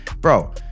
bro